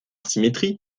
symétrie